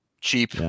Cheap